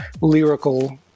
lyrical